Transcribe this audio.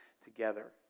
together